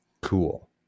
cool